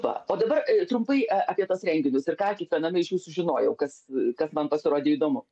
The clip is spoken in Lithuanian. va o dabar trumpai apie tuos renginius ir ką kiekviename iš jų sužinojau kas kas man pasirodė įdomu